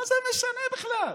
מה זה משנה בכלל?